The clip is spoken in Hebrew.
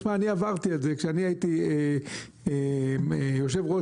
תראה אני עברתי את זה כשהייתי יושב ראש